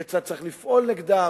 כיצד צריך לפעול נגדם.